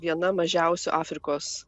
viena mažiausių afrikos